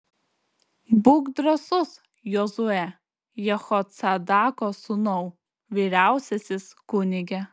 būk drąsus jozue jehocadako sūnau vyriausiasis kunige